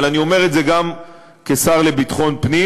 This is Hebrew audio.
אבל אני אומר את זה גם כשר לביטחון פנים.